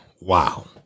Wow